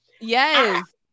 Yes